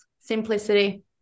Simplicity